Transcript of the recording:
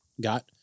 got